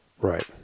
right